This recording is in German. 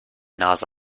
nase